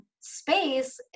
space